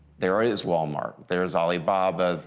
there is walmart, there is alibaba.